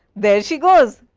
there she goes.